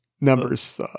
numbers